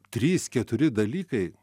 trys keturi dalykai